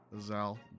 Zal